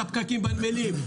המורסה זה הפקקים בנמלים.